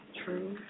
true